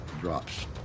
drops